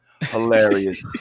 Hilarious